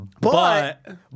but-